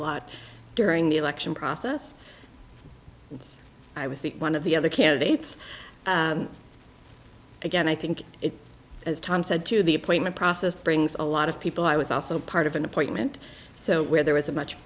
lot during the election process and i was the one of the other candidates again i think it's as tom said to the appointment process brings a lot of people i was also part of an appointment so where there was a much